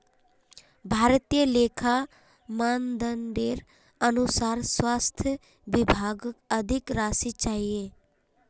भारतीय लेखा मानदंडेर अनुसार स्वास्थ विभागक अधिक राशि चाहिए